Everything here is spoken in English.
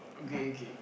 okay okay